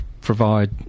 provide